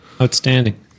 Outstanding